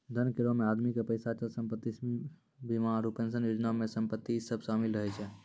धन करो मे आदमी के पैसा, अचल संपत्ति, बीमा आरु पेंशन योजना मे संपत्ति इ सभ शामिल रहै छै